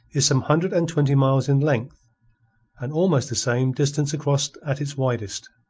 is some hundred and twenty miles in length and almost the same distance across at its widest.